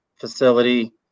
facility